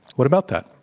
what about that?